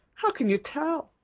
how can you tell?